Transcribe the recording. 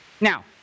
Now